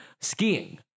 skiing